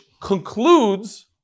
concludes